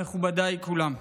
מכובדיי כולם,